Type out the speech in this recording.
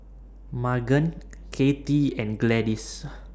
Maegan Kathy and Gladys